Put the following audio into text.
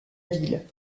ville